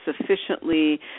sufficiently